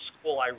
school